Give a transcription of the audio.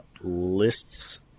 lists